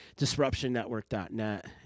DisruptionNetwork.net